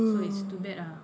so it's too bad lah